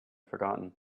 forgotten